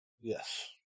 yes